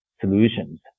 solutions